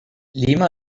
lima